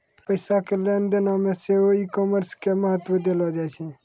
पैसा के लेन देनो मे सेहो ई कामर्स के महत्त्व देलो जाय छै